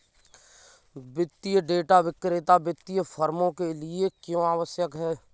वित्तीय डेटा विक्रेता वित्तीय फर्मों के लिए क्यों आवश्यक है?